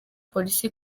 polisi